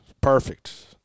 Perfect